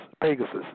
Pegasus